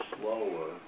slower